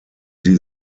sie